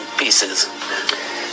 pieces